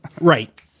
right